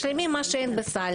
משלימים מה שאין בסל.